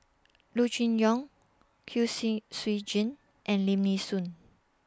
Loo Choon Yong Kwek Siew Jin and Lim Nee Soon